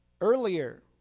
Earlier